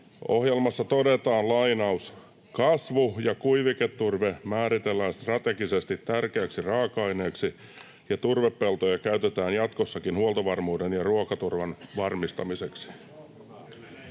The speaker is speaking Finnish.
hallitusohjelmasta nostaa esille: ”Kasvu- ja kuiviketurve määritellään strategisesti tärkeäksi raaka-aineeksi ja turvepeltoja käytetään jatkossakin huoltovarmuuden ja ruokaturvan varmistamiseksi.”